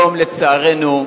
לצערנו,